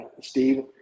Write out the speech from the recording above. Steve